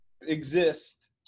exist